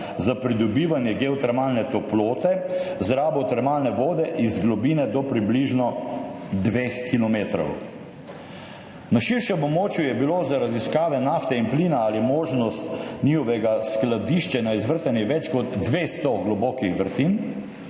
za pridobivanje geotermalne toplote z rabo termalne vode iz globine do približno dveh kilometrov. Na širšem območju je bilo za raziskave nafte in plina ali možnost njihovega skladiščenja izvrtanih več kot 200 globokih vrtin,